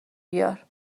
بیار